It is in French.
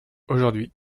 aujourd’hui